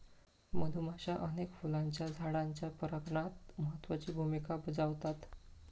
मधुमाश्या अनेक फुलांच्या झाडांच्या परागणात महत्त्वाची भुमिका बजावतत